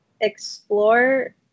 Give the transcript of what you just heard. explore